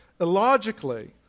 illogically